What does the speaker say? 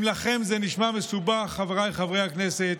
אם לכם זה נשמע מסובך, חבריי חברי הכנסת,